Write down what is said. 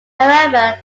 however